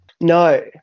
no